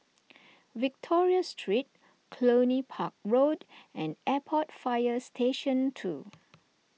Victoria Street Cluny Park Road and Airport Fire Station two